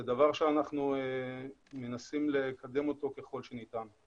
זה דבר שאנחנו מנסים לקדם אותו ככל שניתן.